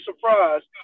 surprised